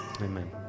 Amen